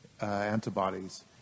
antibodies